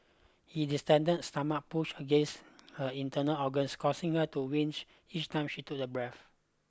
he distended stomach pushed against her internal organs causing her to wince each time she took a breath